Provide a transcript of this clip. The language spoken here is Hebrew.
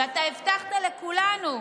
ואתה הבטחת לכולנו.